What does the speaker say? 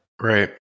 Right